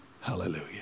Hallelujah